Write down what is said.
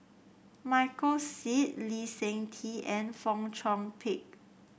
Michael Seet Lee Seng Tee and Fong Chong Pik